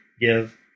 give